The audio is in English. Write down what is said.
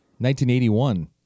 1981